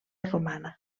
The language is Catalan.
romana